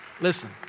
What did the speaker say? Listen